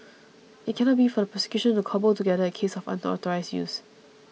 it cannot be for the prosecution to cobble together a case of unauthorised use